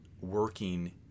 working